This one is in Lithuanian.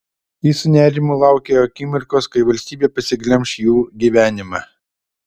ji su nerimu laukė akimirkos kai valstybė pasiglemš jų gyvenimą